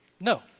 no